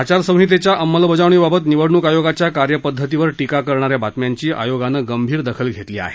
आचार संहितेच्या अंमजबजावणीबाबत निवडणूक आयोगाच्या कार्यपद्धतीवर टीका करणा या बातम्यांची आयोगानं गंभीर दखल घेतली आहे